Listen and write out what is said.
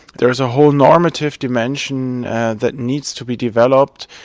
there's a whole normative dimension that needs to be developed,